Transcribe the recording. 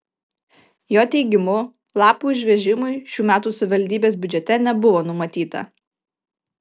jo teigimu lapų išvežimui šių metų savivaldybės biudžete nebuvo numatyta